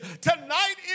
Tonight